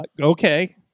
Okay